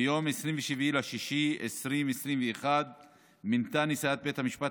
ביום 27 ביוני 2021 מינתה נשיאת בית המשפט